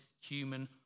human